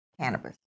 cannabis